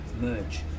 merge